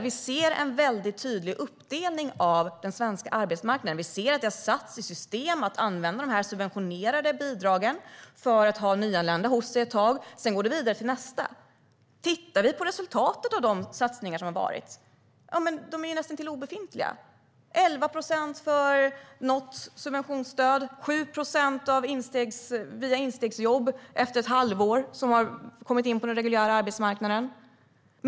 Vi ser en tydlig uppdelning av den svenska arbetsmarknaden. Vi ser att det har satts i system hos arbetsgivare att använda de subventionerade bidragen för att ha nyanlända hos sig ett tag. Sedan går det vidare till nästa. Resultaten av satsningarna är näst intill obefintliga. Det är 11 procent för något subventionsstöd. 7 procent har via instegsjobb kommit in på den reguljära arbetsmarknaden efter ett halvår.